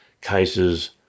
cases